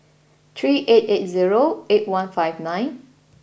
three eight eight zero eight one five nine